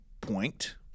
point